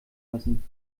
lassen